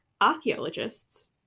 archaeologists